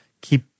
keep